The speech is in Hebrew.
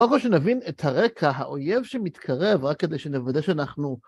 קודם כל שנבין את הרקע, האויב שמתקרב, רק כדי שנוודא שאנחנו...